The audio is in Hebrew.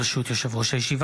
ברשות יושב-ראש הישיבה,